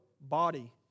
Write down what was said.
body